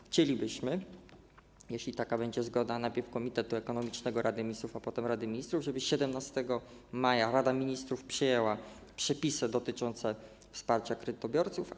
Chcielibyśmy - jeśli będzie zgoda najpierw Komitetu Ekonomicznego Rady Ministrów, a potem Rady Ministrów - żeby 17 maja Rada Ministrów przyjęła przepisy dotyczące wsparcia kredytobiorców.